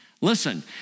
Listen